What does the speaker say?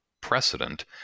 precedent